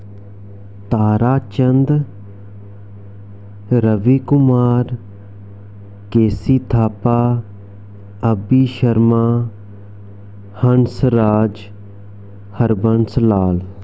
Tara Chand Ravi Kumar K C Thapa Abhi Sharma Hansraj Harbans Lal